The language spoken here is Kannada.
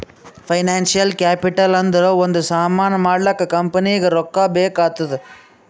ಫೈನಾನ್ಸಿಯಲ್ ಕ್ಯಾಪಿಟಲ್ ಅಂದುರ್ ಒಂದ್ ಸಾಮಾನ್ ಮಾಡ್ಲಾಕ ಕಂಪನಿಗ್ ರೊಕ್ಕಾ ಬೇಕ್ ಆತ್ತುದ್